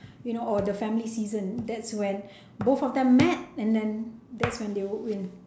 you know or the family season that's when both of them met that's when both of them win